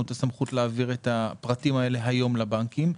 סמכות להעביר את הפרטים האלה היום לבנקים.